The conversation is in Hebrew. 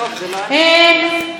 אבל עכשיו האשמת את המחנ"צ.